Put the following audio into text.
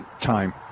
time